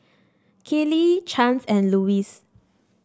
Kellee Chance and Louis